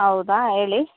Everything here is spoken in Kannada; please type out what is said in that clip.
ಹೌದಾ ಹೇಳಿ